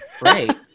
Right